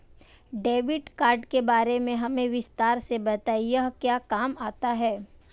Debit card के बारे में हमें विस्तार से बताएं यह क्या काम आता है?